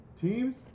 teams